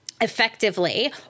effectively